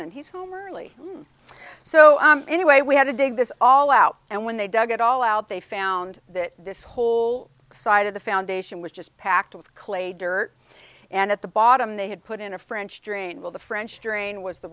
and he's home early so anyway we had to dig this all out and when they dug it all out they found that this whole side of the foundation was just packed with clay dirt and at the bottom they had put in a french drain well the french drain was the